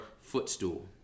footstool